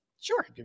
Sure